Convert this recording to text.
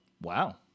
wow